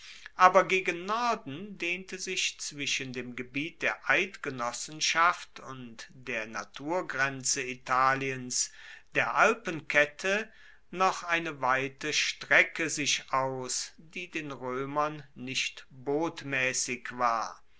aber gegen norden dehnte zwischen dem gebiet der eidgenossenschaft und der naturgrenze italiens der alpenkette noch eine weite strecke sich aus die den roemern nicht botmaessig war